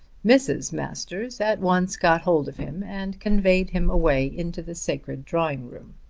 mrs. masters at once got hold of him and conveyed him away into the sacred drawing-room.